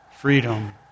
freedom